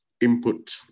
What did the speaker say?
input